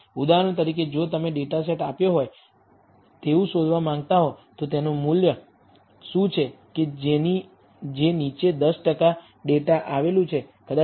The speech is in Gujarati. ઉદાહરણ તરીકે જો તમે ડેટા સેટ આપ્યો હોય તેવું શોધવા માંગતા હો તો તેનું મૂલ્ય શું છે કે જે નીચે 10 ટકા ડેટા આવેલું છે કદાચ અહીં 1